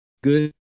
good